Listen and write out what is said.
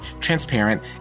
Transparent